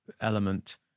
element